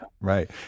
right